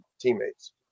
teammates